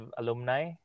alumni